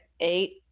Eight